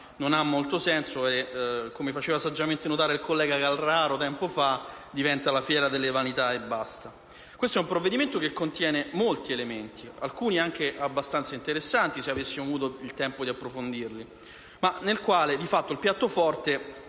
non ha molto senso. Come faceva saggiamente notare il collega Carraro tempo fa, diventa la fiera delle vanità e basta. Questo è un provvedimento che contiene molti elementi, alcuni anche abbastanza interessanti, se avessimo avuto il tempo di approfondirli. In esso, però, di fatto il piatto forte